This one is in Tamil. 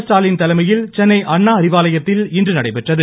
ஸ்டாலின் தலைமையில் சென்னை அண்ணா அறிவாலயத்தில் இன்று நடைபெற்றது